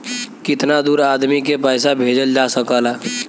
कितना दूर आदमी के पैसा भेजल जा सकला?